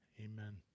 Amen